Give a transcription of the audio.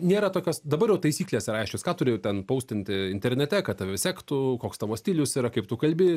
nėra tokios dabar jau taisyklės yra aiškios ką turi jau ten paustinti internete kad tave sektų koks tavo stilius yra kaip tu kalbi